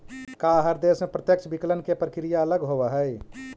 का हर देश में प्रत्यक्ष विकलन के प्रक्रिया अलग होवऽ हइ?